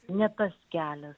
ne tas kelias